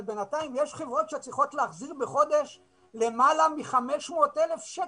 אבל בינתיים יש חברות שצריכות להחזיר בחודש למעלה מ-500,000 שקל,